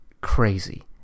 Crazy